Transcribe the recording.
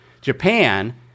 Japan